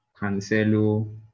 Cancelo